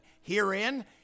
herein